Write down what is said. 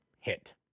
hit